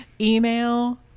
email